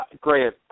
Great